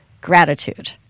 Gratitude